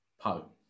Po